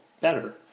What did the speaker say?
better